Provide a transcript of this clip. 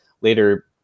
later